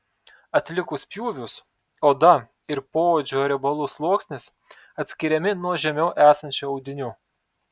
atlikus pjūvius oda ir poodžio riebalų sluoksnis atskiriami nuo žemiau esančių audinių